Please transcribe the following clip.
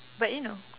but you know